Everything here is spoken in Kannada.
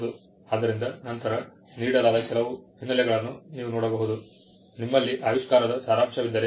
ಆದ್ದರಿಂದ ನಂತರ ನೀಡಲಾದ ಕೆಲವು ಹಿನ್ನೆಲೆಗಳನ್ನು ನೀವು ನೋಡಬಹುದು ನಿಮ್ಮಲ್ಲಿ ಆವಿಷ್ಕಾರದ ಸಾರಾಂಶವಿದ್ದರೆ